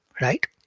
right